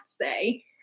say